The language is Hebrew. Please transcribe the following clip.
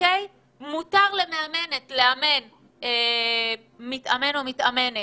מותר למאמנת לאמן מתאמן או מתאמנת